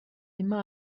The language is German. immer